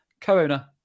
co-owner